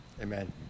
Amen